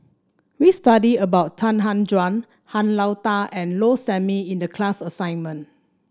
we study about Han Tan Juan Han Lao Da and Low Sanmay in the class assignment